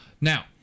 Now